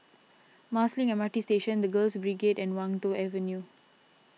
Marsiling M R T Station the Girls Brigade and Wan Tho Avenue